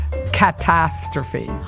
catastrophe